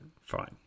fine